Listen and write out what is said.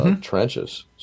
trenches